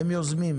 הם יוזמים,